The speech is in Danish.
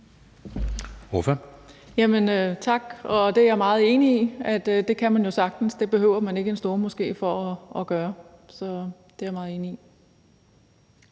Jerkel (KF): Tak, og det er jeg jo meget enig i at man sagtens kan. Det behøver man ikke en stormoské for at gøre. Så det er jeg meget enig i.